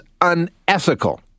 Unethical